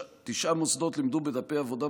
תשעה מוסדות לימדו בדפי העבודה,